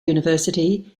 university